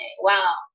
wow